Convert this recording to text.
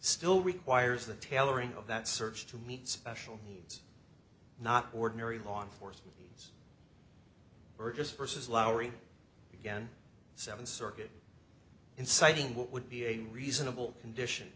still requires the tailoring of that search to meet special needs not ordinary law enforcement or just versus lowery again seven circuit inciting what would be a reasonable condition